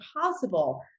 possible